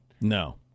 No